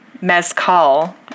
mezcal